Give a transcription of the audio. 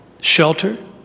shelter